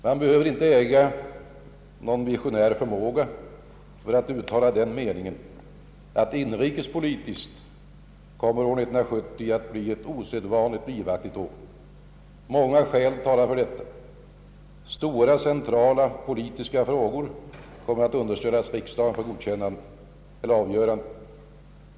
Man behöver inte äga någon visionär förmåga för att uttala den meningen att år 1970 inrikespolitiskt kommer att bli ett osedvanligt livaktigt år. Många skäl talar för detta. Stora centrala politiska frågor kommer att underställas riksdagen för avgörande.